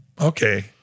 okay